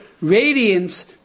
radiance